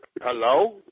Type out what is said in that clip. Hello